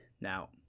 Now